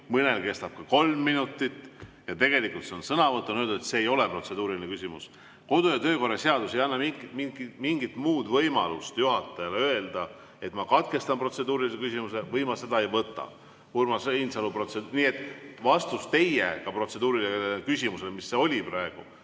mõnel kestab kolm minutit, siis tegelikult see on sõnavõtt, on öeldud, et see ei ole protseduuriline küsimus. Kodu‑ ja töökorra seadus ei anna mingit muud võimalust juhatajal öelda, et ma katkestan protseduurilise küsimuse või ma seda ei võta. Nii et vastus teie protseduurilisele küsimusele, mis see oli praegu,